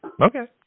Okay